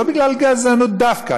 לא בגלל גזענות דווקא,